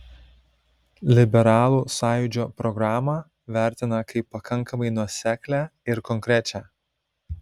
liberalų sąjūdžio programą vertina kaip pakankamai nuoseklią ir konkrečią